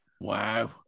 Wow